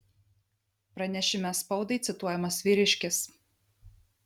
pranešime spaudai cituojamas vyriškis